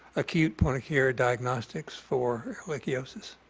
acute point-of-care ah diagnostics for ehrlichiosis.